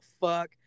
fuck